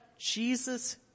Jesus